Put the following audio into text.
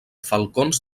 falcons